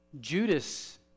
Judas